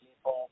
people